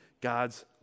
God's